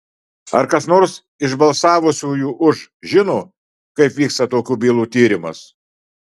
ar kas nors iš balsavusiųjų už žino kaip vyksta tokių bylų tyrimas